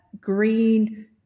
green